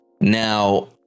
now